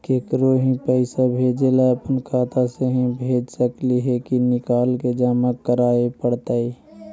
केकरो ही पैसा भेजे ल अपने खाता से ही भेज सकली हे की निकाल के जमा कराए पड़तइ?